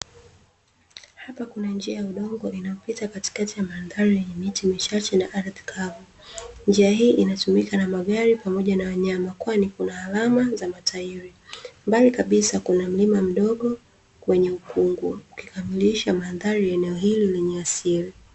Hapa kuna njia ya udongo inapita katikati ya mandhari yenye miti michache na ardhi kavu. Njia hii inatumika na magari pamoja na wanyama kwani kuna alama za matairi. Mbali kabisa kuna mlima mdogo wenye ukungu ikikamilisha mandhari ya eneo hili lenye asili.